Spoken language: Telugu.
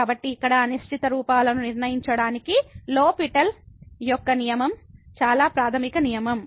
కాబట్టి ఇక్కడ అనిశ్చిత రూపాలను నిర్ణయించడానికి లో పిటెల్ నియమం the L'Hospital's rule చాలా ప్రాథమిక నియమం